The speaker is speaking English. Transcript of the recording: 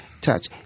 touch